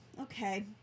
okay